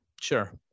Sure